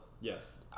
Yes